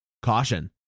Caution